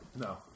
No